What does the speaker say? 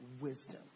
wisdom